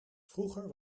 vroeger